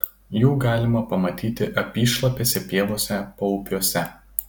jų galima pamatyti apyšlapėse pievose paupiuose